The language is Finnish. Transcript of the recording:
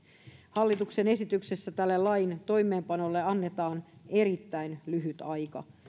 hallituksen esityksessä tälle lain toimeenpanolle annetaan erittäin lyhyt aika